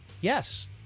Yes